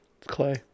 clay